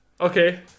Okay